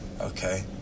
Okay